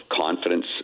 confidence